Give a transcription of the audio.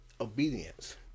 obedience